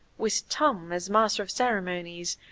with tom as master of ceremonies,